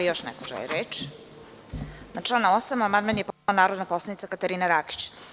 Da li još neko želi reč? (Ne.) Na član 8. amandman je podnela narodna poslanica Katarina Rakić.